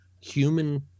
human